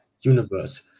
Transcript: universe